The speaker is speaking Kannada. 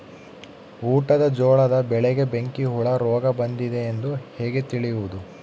ಊಟದ ಜೋಳದ ಬೆಳೆಗೆ ಬೆಂಕಿ ಹುಳ ರೋಗ ಬಂದಿದೆ ಎಂದು ಹೇಗೆ ತಿಳಿಯುವುದು?